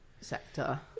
sector